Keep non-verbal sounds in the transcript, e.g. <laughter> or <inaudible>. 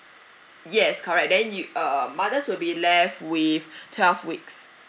yes correct then you uh mothers will be left with <breath> twelve weeks